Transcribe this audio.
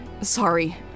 Sorry